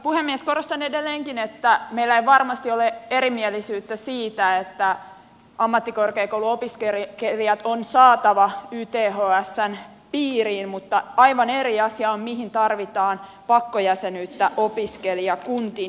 korostan edelleenkin että meillä ei varmasti ole erimielisyyttä siitä että ammattikorkeakouluopiskelijat on saatava ythsn piiriin mutta aivan eri asia on mihin tarvitaan pakkojäsenyyttä opiskelijakuntiin